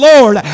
Lord